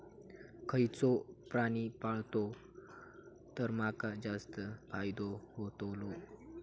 खयचो प्राणी पाळलो तर माका जास्त फायदो होतोलो?